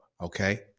Okay